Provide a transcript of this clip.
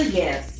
yes